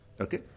Okay